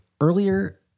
earlier